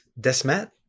Desmet